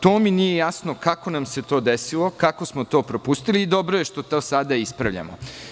To mi nije jasno, kako nam se to desilo, kako smo to propustili i dobro je što to sada ispravljamo.